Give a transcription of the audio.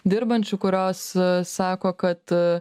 dirbančių kurios a sako kad a